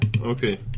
Okay